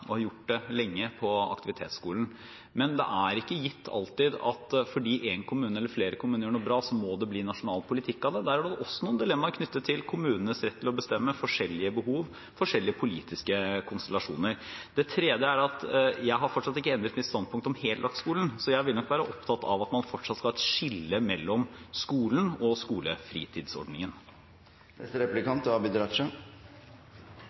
og har gjort det lenge, men det er ikke alltid gitt at fordi én eller flere kommuner gjør noe bra, så må det bli nasjonal politikk av det. Der har man også noen dilemmaer knyttet til kommunenes rett til å bestemme – forskjellige behov og forskjellige politiske konstellasjoner. Det tredje er at jeg har fortsatt ikke endret mitt standpunkt om heldagsskolen, så jeg vil nok være opptatt av at man fortsatt skal ha et skille mellom skolen og